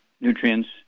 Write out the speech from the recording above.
nutrients